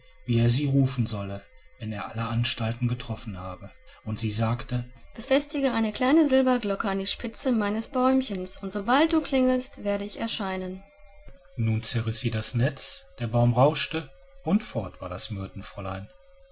wie er sie rufen solle wenn er alle anstalten getroffen habe und sie sagte befestige eine kleine silberglocke an die spitze meines bäumchens und sobald du klingelst werde ich erscheinen nun zerriß sie das netz der baum rauschte und fort war das myrtenfräulein